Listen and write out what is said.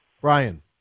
Brian